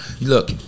Look